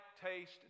taste